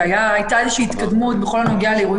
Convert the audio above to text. והייתה איזושהי התקדמות בכל הנוגע לאירועים